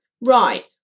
right